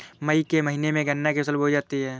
मई के महीने में गन्ना की फसल बोई जाती है